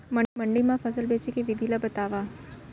मंडी मा फसल बेचे के विधि ला बतावव?